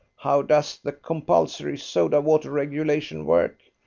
how does the compulsory soda-water regulation work?